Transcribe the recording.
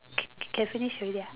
k~ can finish already I think